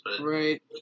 Right